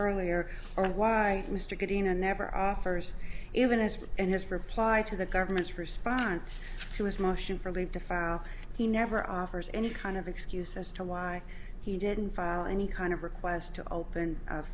earlier or why mr getting a never first even as and this reply to the government's response to his motion for leave to file he never offers any kind of excuse as to why he didn't file any kind of request to open